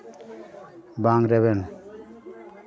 ᱵᱟᱝ ᱨᱮᱵᱮᱱ